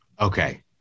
Okay